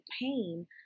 pain